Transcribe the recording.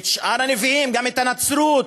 את שאר הנביאים, גם את הנצרות.